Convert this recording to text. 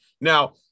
Now